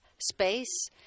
space